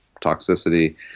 toxicity